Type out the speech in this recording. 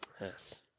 Yes